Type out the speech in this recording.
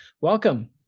welcome